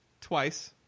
twice